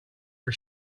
for